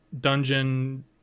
dungeon